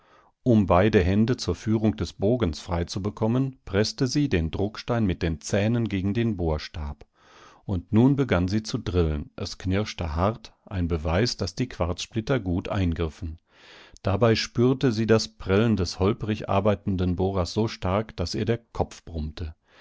um beide hände zur führung des bogens freizubekommen preßte sie den druckstein mit den zähnen gegen den bohrstab und nun begann sie zu drillen es knirschte hart ein beweis daß die quarzsplitter gut eingriffen dabei spürte sie das prellen des holprig arbeitenden bohrers so stark daß ihr der kopf brummte